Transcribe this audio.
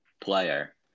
player